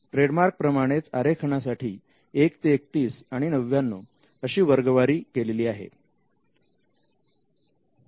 trademark प्रमाणेच आरेखनासाठी 1 ते 31 आणि 99 अशी वर्गवारी केलेली आहे